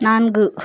நான்கு